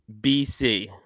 BC